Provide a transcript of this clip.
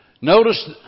Notice